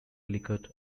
ellicott